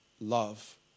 love